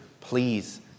please